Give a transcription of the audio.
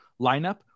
lineup